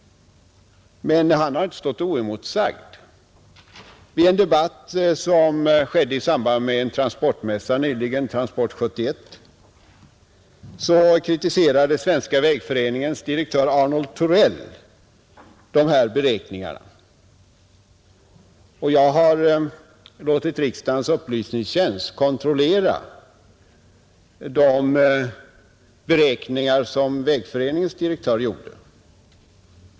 Men han har inte stått oemotsagd. I en debatt i samband med en transportmässa nyligen, Transport 71, kritiserade Svenska vägföreningens direktör Arnold Torell dessa beräkningar. Jag har låtit riksdagens upplysningstjänst kontrollera de beräkningar som Vägföreningens direktör gjorde.